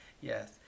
Yes